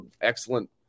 excellent